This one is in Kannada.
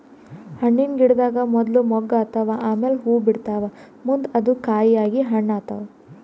ಹಣ್ಣಿನ್ ಗಿಡದಾಗ್ ಮೊದ್ಲ ಮೊಗ್ಗ್ ಆತವ್ ಆಮ್ಯಾಲ್ ಹೂವಾ ಬಿಡ್ತಾವ್ ಮುಂದ್ ಅದು ಕಾಯಿ ಆಗಿ ಹಣ್ಣ್ ಆತವ್